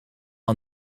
aan